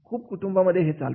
खूप कुटुंबांमध्ये हे चालते